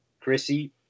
Chrissy